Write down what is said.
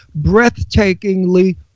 breathtakingly